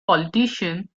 politician